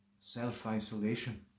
self-isolation